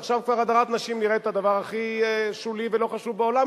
ועכשיו הדרת נשים כבר נראית הדבר הכי שולי ולא חשוב בעולם,